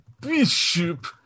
Bishop